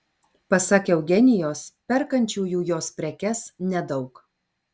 pasak eugenijos perkančiųjų jos prekes nedaug